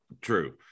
True